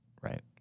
right